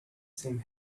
same